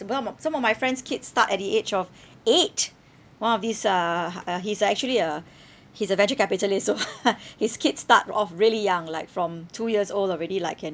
become uh some of my friends' kid start at the age of eight one of this uh h~ uh he's actually a he's a venture capitalist so his kid start off really young like from two years old already like can